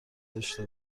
زشته